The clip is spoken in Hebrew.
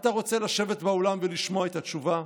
אתה רוצה לשבת באולם ולשמוע את התשובה?"